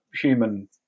human